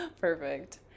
perfect